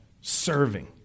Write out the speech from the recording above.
Serving